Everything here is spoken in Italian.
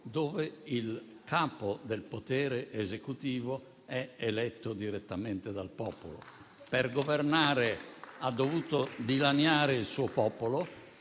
dove il capo del potere esecutivo è eletto direttamente dal popolo. Per governare, ha dovuto dilaniare il suo popolo.